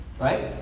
right